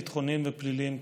ביטחוניים ופליליים כאחד,